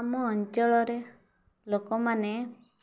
ଆମ ଅଞ୍ଚଳରେ ଲୋକମାନେ